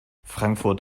frankfurt